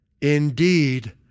Indeed